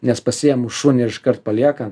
nes pasiėmus šunį iškart palieka